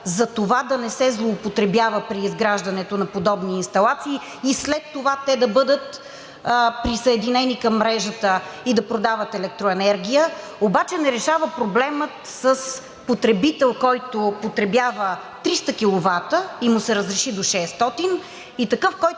за това да не се злоупотребява при изграждането на подобни инсталация и след това те да бъдат присъединени към мрежата, и да продават електроенергия. Това, обаче не решава проблема с потребител, който потребява 300 киловата и му се разреши до 600 и